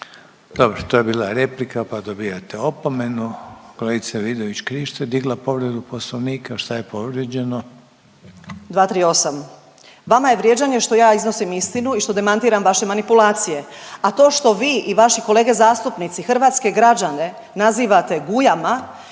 Dobro, to je bila replika pa dobijate opomenu. Kolegica Vidović Krišto je digla povredu Poslovnika. Šta je povrijeđeno? **Vidović Krišto, Karolina (OIP)** 238., vama je vrijeđanje što ja iznosim istinu i što demantiram vaše manipulacije, a to što vi i vaši kolege zastupnici hrvatske građane nazivate gujama